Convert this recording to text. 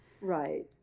Right